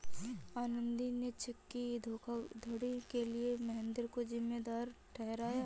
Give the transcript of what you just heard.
आनंदी ने चेक की धोखाधड़ी के लिए महेंद्र को जिम्मेदार ठहराया